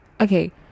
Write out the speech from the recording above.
okay